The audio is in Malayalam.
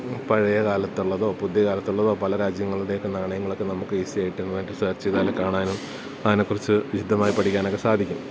പഴയ കാലത്തുള്ളതോ പുതിയകാലത്തുള്ളതോ പല രാജ്യങ്ങളുടെയൊക്കെ നണയങ്ങളൊക്കെ നമ്മുക്കീസിയായിട്ട് ഇൻറ്റർനെറ്റിൽ സർച്ചെയ്താല് കാണാനും അതിനെക്കുറിച്ചു വിശദമായി പഠിക്കാനുമൊക്കെ സാധിക്കും